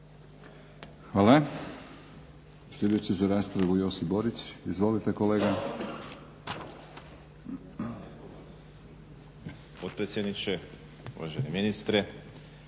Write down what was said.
Hvala. Sljedeći za raspravu Josip Borić. Izvolite kolega.